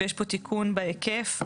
ויש פה תיקון בהיקף.